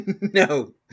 No